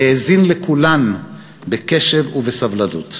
האזין לכולן בקשב ובסבלנות.